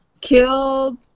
killed